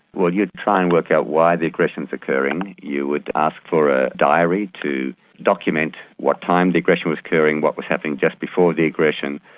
well you'd try and work out why the aggression is occurring, you would ask for a diary to document what time the aggression was occurring, what was happening just before the aggression,